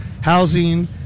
housing